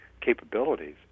capabilities